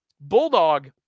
Bulldog